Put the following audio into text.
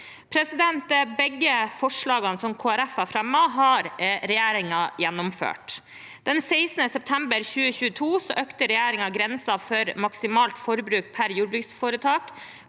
til strøm. Begge forslagene som Kristelig Folkeparti har fremmet, har regjeringen gjennomført. Den 16. september 2022 økte regjeringen grensen for maksimalt forbruk per jordbruksforetak,